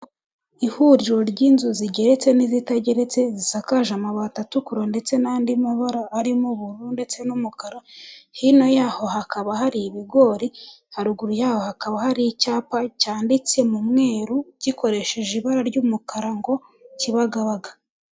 Ihuriro ry'inzu zigeretse n'izitageretse, zisakaje amabati atukura ndetse n'andi mabara arimo ubururu ndetse n'umukara, hino yaho hakaba hari ibigori, haruguru yaho hakaba hari icyapa cyanditse mu mweru gikoresheje ibara ry'umukara ngo Kibagabaga.